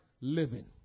living